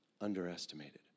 underestimated